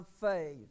faith